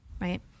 right